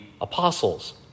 apostles